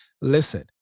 Listen